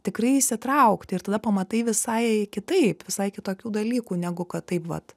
tikrai įsitraukti ir tada pamatai visai kitaip visai kitokių dalykų negu kad taip vat